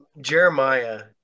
Jeremiah